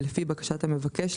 ולפי בקשת המבקש,